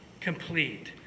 complete